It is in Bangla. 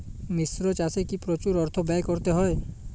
মিশ্র চাষে কি প্রচুর অর্থ ব্যয় করতে হয়?